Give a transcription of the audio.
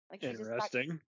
Interesting